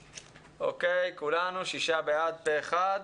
אוקיי, כולנו, שישה בעד, פה אחד.